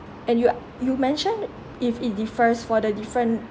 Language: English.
and you ar~ you mentioned if it differs for the different